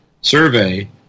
Survey